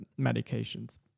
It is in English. medications